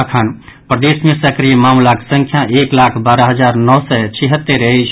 अखन सक्रिय मामिलाक संख्या एक लाख बारह हजार नओ सय छिहत्तरि अछि